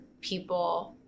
people